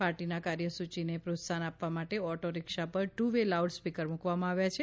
પાર્ટીના કાર્યસૂચિને પ્રોત્સાહન આપવા માટે ઓટો રીક્ષા પર ટુ વે લાઉડ સ્પીકર્સ મૂકવામાં આવ્યા છે